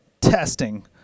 testing